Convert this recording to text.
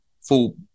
full